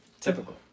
Typical